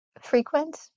frequent